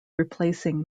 replacing